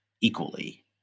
equally